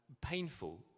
painful